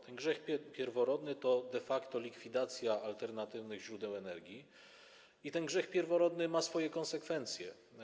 Ten grzech pierworodny to de facto likwidacja alternatywnych źródeł energii i ten grzech pierworodny ma swoje konsekwencje.